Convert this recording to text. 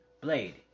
Blade